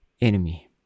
enemy